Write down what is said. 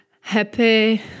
happy